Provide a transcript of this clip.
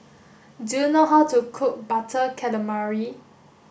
do you know how to cook butter calamari